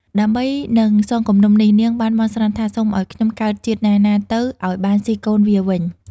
ដើម្បីនឹងសងគំនុំនេះ នាងបានបន់ស្រន់ថា "សូមឲ្យខ្ញុំកើតជាតិណាៗទៅ ឲ្យបានស៊ីកូនវាវិញ"។